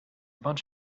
bunch